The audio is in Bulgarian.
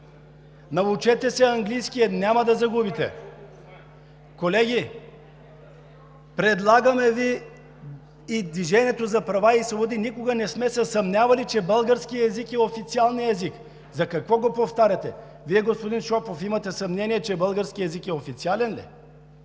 научете английски, няма да загубите. Колеги, в „Движението за права и свободи“ никога не сме се съмнявали, че българският език е официалният език, за какво го повтаряте?! Господин Шопов, имате съмнение, че българският език е официален ли?